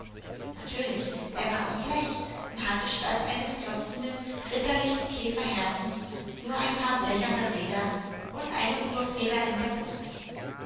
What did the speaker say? natürlich er war aus blech und hatte statt eines klopfenden ritterlichen käferherzens nur ein paar blecherne räder und eine uhrfeder in der brust